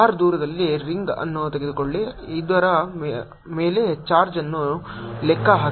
R ದೂರದಲ್ಲಿ ರಿಂಗ್ಅನ್ನು ತೆಗೆದುಕೊಳ್ಳಿ ಇದರ ಮೇಲೆ ಚಾರ್ಜ್ ಅನ್ನು ಲೆಕ್ಕ ಹಾಕಿ